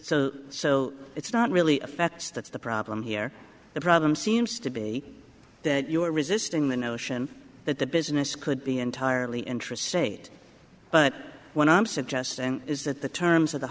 so so it's not really affects that's the problem here the problem seems to be that you are resisting the notion that the business could be entirely intrastate but when i'm suggesting is that the terms of the